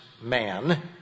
man